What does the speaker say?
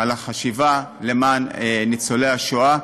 על החשיבה למען ניצולי השואה.